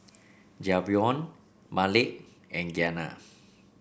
Javion Malik and Giana